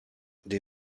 dei